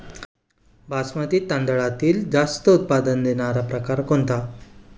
बासमती तांदळातील जास्त उत्पन्न देणारा प्रकार कोणता?